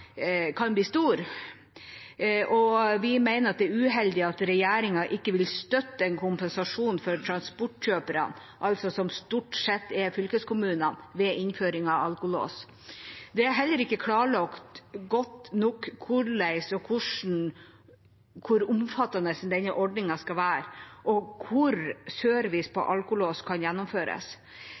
kan bli store. Og vi mener at det er uheldig at regjeringen ikke vil støtte en kompensasjon for transportkjøperne, som stort sett er fylkeskommunene, ved innføring av alkolås. Det er heller ikke klarlagt godt nok hvordan og hvor omfattende denne ordningen skal være, og hvor service på alkolås kan gjennomføres.